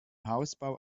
hausbau